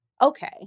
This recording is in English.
okay